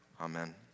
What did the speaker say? amen